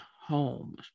home